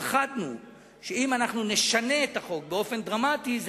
פחדנו שאם נשנה את החוק באופן דרמטי זה